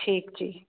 ਠੀਕ ਜੀ